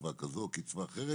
וקצבה כזו או קצבה אחרת,